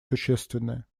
существенное